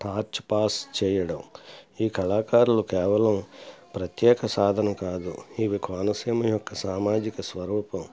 patch పాస్ చేయడం ఈ కళాకారులు కేవలం ప్రత్యేక సాధన కాదు ఇవి కోనసీమ యొక్క సామాజిక స్వరూపం